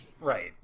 Right